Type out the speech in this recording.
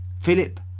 Philip